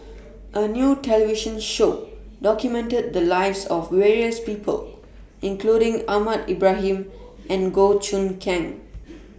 A New television Show documented The Lives of various People including Ahmad Ibrahim and Goh Choon Kang